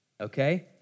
okay